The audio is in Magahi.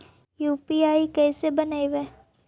यु.पी.आई कैसे बनइबै?